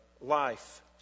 life